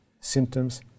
symptoms